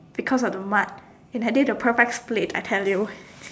because of the mud and I did the perfect split I tell you